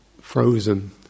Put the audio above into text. frozen